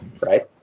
right